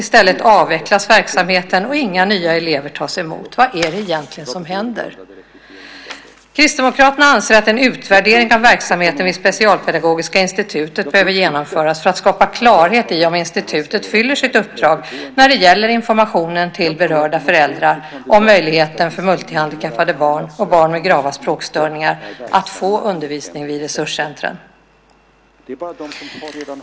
I stället avvecklas verksamheten, och inga nya elever tas emot. Vad är det egentligen som händer? Kristdemokraterna anser att en utvärdering av verksamheten vid Specialpedagogiska institutet behöver genomföras för att skapa klarhet i om institutet fullgör sitt uppdrag när det gäller att ge information till berörda föräldrar om möjligheten för multihandikappade barn och barn med grava språkstörningar att få undervisning vid resurscentret.